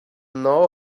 know